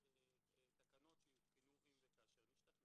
אם אין זיקה מהותית,